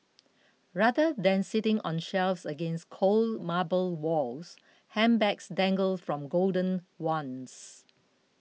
rather than sitting on shelves against cold marble walls handbags dangle from golden wands